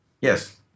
yes